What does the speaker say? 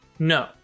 No